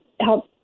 help